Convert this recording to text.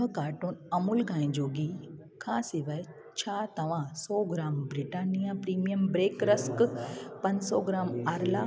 ॾह कार्टुन अमूल गांइ जो गीहु खां सवाइ छा तव्हां सौ gram Britannia premium bake rusk पंज सौ ग्राम आरला